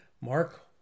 Mark